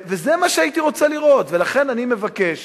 זה מה שהייתי רוצה לראות, ולכן, אני מבקש